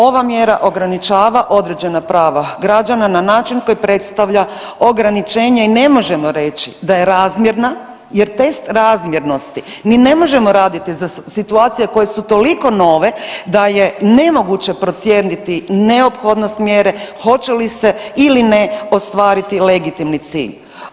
Ova mjera ograničava određena prava građana na način koji predstavlja ograničenje i ne možemo reći da je razmjerna jer test razmjernosti ni ne možemo raditi za situacije koje su toliko nove da je nemoguće procijeniti neophodnost mjere, hoće li se ili ne ostvariti legitimni cilj.